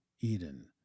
Eden